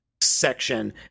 section